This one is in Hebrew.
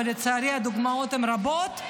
ולצערי הדוגמאות הן רבות,